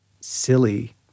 silly